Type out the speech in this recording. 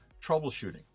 troubleshooting